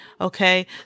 Okay